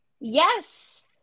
Yes